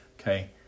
Okay